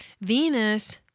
Venus